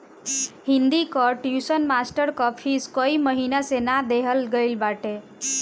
हिंदी कअ tuition master कअ fees कई महिना से ना देहल गईल बाटे